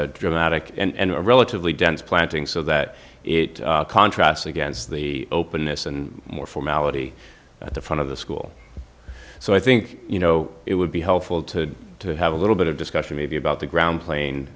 a dramatic and a relatively dense planting so that it contrasts against the openness and more formality at the front of the school so i think you know it would be helpful to to have a little bit of discussion maybe about the ground plane